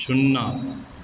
सुन्ना